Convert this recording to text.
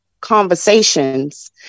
conversations